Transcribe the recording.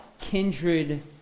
kindred